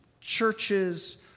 churches